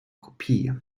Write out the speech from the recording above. kopie